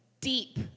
deep